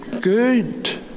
good